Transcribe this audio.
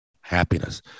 happiness